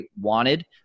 wanted